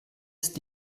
ist